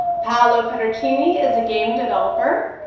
paulo pedercini is a game developer,